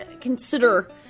consider